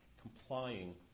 complying